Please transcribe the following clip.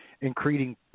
increasing